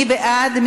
מי בעד?